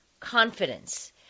confidence